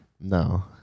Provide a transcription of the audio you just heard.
No